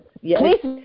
yes